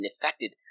affected